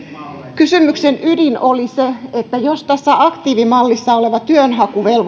kysymyksen ydin oli se että jos täyttää tässä aktiivimallissa olevan työnhakuvelvoitteen